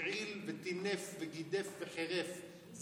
הרעיל וטינף וגידף וחירף,